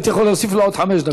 הייתי יכול להוסיף לו עוד חמש דקות.